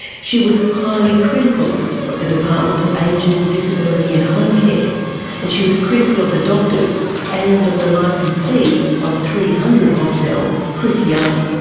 she was highly critical of the department of ageing, disability and home care and she was critical of the doctors and of the licensee of three hundred hostel, chris young.